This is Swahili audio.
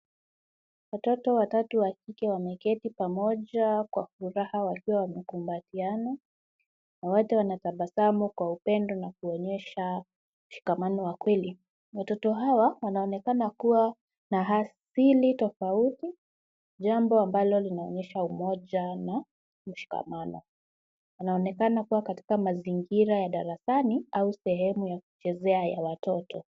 Watoto watatu wa kike wameketi pamoja kwa furaha wakiwa wamekumbatiana na wote wanatabasamu kwa upendo na kuonyesha ushikamano wa kweli. Watoto hawa wanaonekana kuwa na asili tofauti jambo ambalo linaonyesha umoja na ushikamano. Wanaonekana kuwa katika mazingira ya darasani au sehemu ya kuchezea ya watoto.